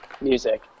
music